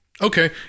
Okay